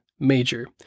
Major